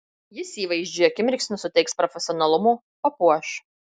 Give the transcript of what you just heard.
jis įvaizdžiui akimirksniu suteiks profesionalumo papuoš